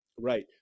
right